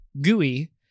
GUI